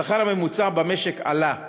השכר הממוצע במשק עלה ב-30%,